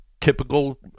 typical